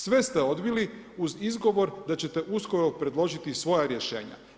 Sve ste odbili uz izgovor da ćete uskoro predložiti i svoja rješenja.